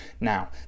Now